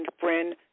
friend